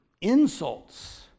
insults